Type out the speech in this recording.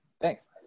thanks